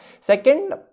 second